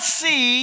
see